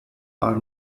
are